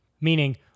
meaning